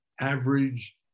average